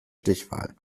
stichwahl